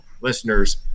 listeners